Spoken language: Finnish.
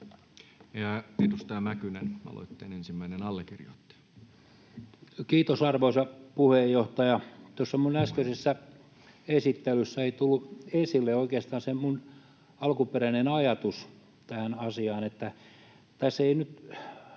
maksaa. Edustaja Mäkynen, aloitteen ensimmäinen allekirjoittaja. Kiitos, arvoisa puheenjohtaja! Tuossa minun äskeisessä esittelyssäni ei tullut esille oikeastaan se minun alkuperäinen ajatukseni tähän asiaan. Minun